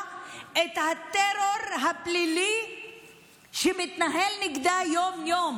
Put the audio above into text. את הטרור הפלילי שמתנהל נגדה יום-יום,